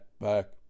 back